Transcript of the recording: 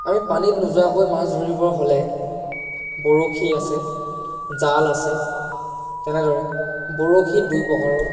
আমি পানীত নোযোৱাকৈ মাছ ধৰিবৰ হ'লে বৰশী আছে জাল আছে তেনেদৰে বৰশী দুই প্ৰকাৰৰ